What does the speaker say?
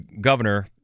governor